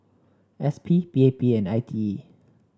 S P P A P and I T E